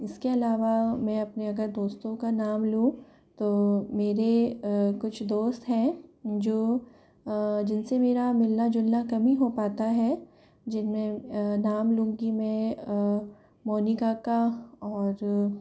इसके अलावा मैं अपने अगर दोस्तों का नाम लूँ तो मेरी कुछ दोस्त हैं जो जिनसे मेरा मिलना जुलना कम ही हो पाता है जिनमें नाम लूँगी मैं मोनिका का और